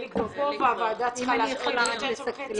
אלי כבר פה והישיבה צריכה להתחיל ב-10:30.